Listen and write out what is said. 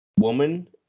woman